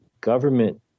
government